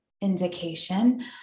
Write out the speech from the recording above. indication